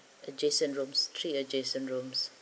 adjacent rooms three adjacent rooms